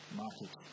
market